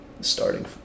starting